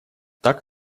так